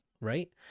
Right